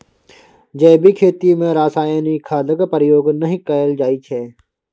जैबिक खेती मे रासायनिक खादक प्रयोग नहि कएल जाइ छै